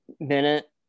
Bennett